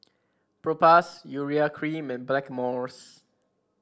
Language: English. Propass Urea Cream and Blackmores